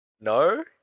No